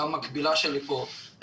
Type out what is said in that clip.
גם מקבילה שלי פה,